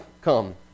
come